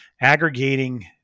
aggregating